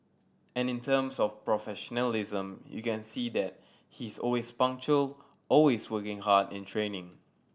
and in terms of professionalism you can see that he is always punctual always working hard in training